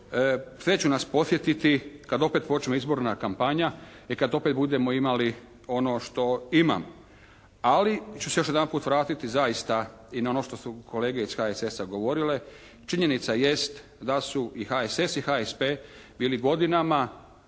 Sve ću nas podsjetiti kad opet počme izborna kampanja i kad opet budemo imali ono što imam. Ali ću se još jedanput vratiti zaista i na ono što su kolege iz HSS-a govorile, činjenica jest da su i HSS i HSP bili godinama